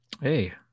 Hey